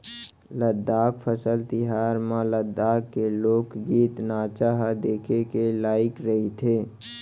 लद्दाख फसल तिहार म लद्दाख के लोकगीत, नाचा ह देखे के लइक रहिथे